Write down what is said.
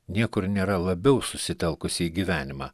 niekur nėra labiau susitelkusi į gyvenimą